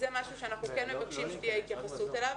זה משהו שאנחנו כן מבקשים שתהיה התייחסות אליו.